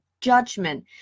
judgment